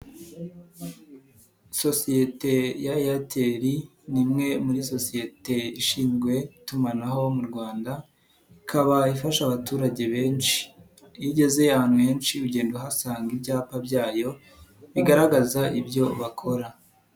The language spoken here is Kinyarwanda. Sosiyete ya Airtel ni imwe muri sosiyete ishinzwe itumanaho mu Rwanda ikaba ifasha abaturage benshi, iyo ugeze ahantu henshi ugenda uhasanga ibyapa byayo bigaragaza ibyo bakora.